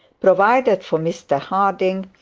provided for mr harding,